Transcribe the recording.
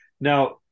now